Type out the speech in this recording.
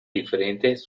diferentes